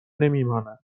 نمیماند